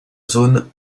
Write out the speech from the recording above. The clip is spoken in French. zone